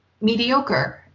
mediocre